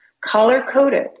color-coded